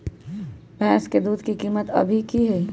भैंस के दूध के कीमत अभी की हई?